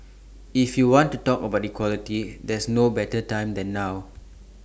if you want to talk about equality there's no better time than now